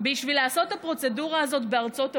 בשביל לעשות את הפרוצדורה הזאת בארצות הברית.